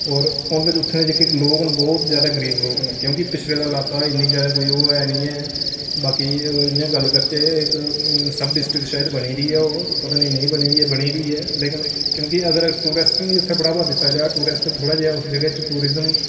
होर उत्थै जेह्के लोक न बहुत ज्यादा गरीब लोक न क्योंकि पिछड़े दा लाह्का ऐ इन्नी ज्यादा कोई ऐ नी ऐ बाकी इयां गल्ल करचै इक सब डिस्टक शायद बनी दी ऐ ओह पता नी नेईं बनी दी ऐ बनी दी ऐ लेकिन क्योंकि अगर टूरिस्टें गी उत्थै बढ़ाबा दित्ता जा टूरिस्ट थोह्ड़ा जेहा उस जगह् च टूरिज्म